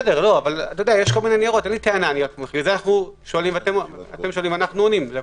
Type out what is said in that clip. אתם שואלים אנחנו עונים.